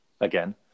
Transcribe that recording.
again